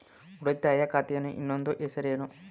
ಉಳಿತಾಯ ಖಾತೆಯ ಇನ್ನೊಂದು ಹೆಸರೇನು?